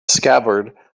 scabbard